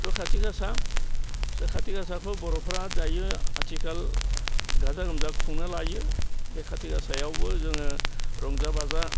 थ' काति गासा दा काति गासाखौ बर'फ्रा दायो आथिखाल गाजा गोमजा खुंनो लायो बे काति गासायावबो जोङो रंजा बाजा